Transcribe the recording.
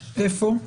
איפה?